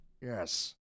Yes